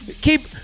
keep